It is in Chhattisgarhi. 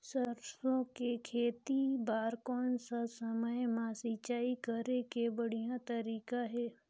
सरसो के खेती बार कोन सा समय मां सिंचाई करे के बढ़िया तारीक हे?